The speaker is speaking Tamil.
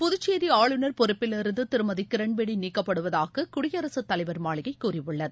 புதுச்சேி ஆளுநர் பொறுப்பிலிருந்து திருமதி கிரண்பேடி நீக்கப்படுவதாக குடியரசு தலைவர் மாளிகை கூறியுள்ளது